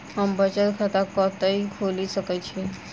हम बचत खाता कतऽ खोलि सकै छी?